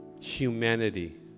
humanity